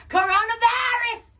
Coronavirus